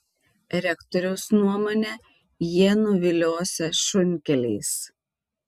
rektoriaus nuomone jie nuviliosią šunkeliais